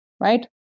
right